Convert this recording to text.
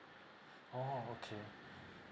oh okay